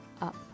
up